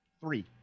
Three